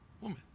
woman